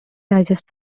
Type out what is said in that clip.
digest